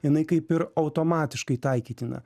jinai kaip ir automatiškai taikytina